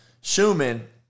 Schumann